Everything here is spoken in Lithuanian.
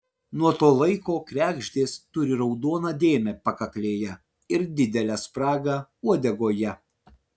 nuo to laiko kregždės turi raudoną dėmę pakaklėje ir didelę spragą uodegoje